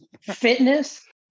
fitness